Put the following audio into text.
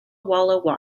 walla